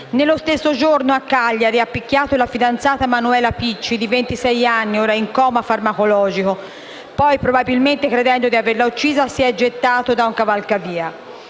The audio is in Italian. Nello stesso giorno, a Cagliari, un uomo ha picchiato la fidanzata Manuela Picei, di ventisei anni, ora in coma farmacologico, poi, probabilmente credendo di averla uccisa, si è gettato da un cavalcavia.